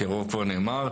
כי הרוב כבר נאמר.